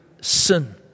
sin